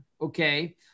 Okay